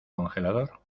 congelador